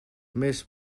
més